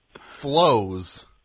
flows